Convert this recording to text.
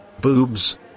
boobs